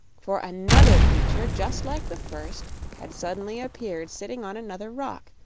for another creature just like the first had suddenly appeared sitting on another rock,